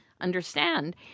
understand